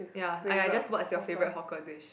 ya I I just said what's your favourite hawker dish